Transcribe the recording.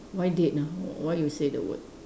why dead ah why you say the word